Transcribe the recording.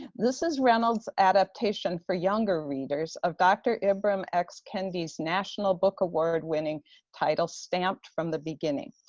this is reynolds' adaptation for younger readers of dr. ibram x. kendi's national book award-winning title stamped from the beginning.